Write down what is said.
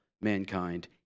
mankind